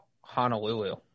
Honolulu